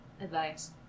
advice